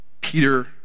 Peter